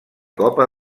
copa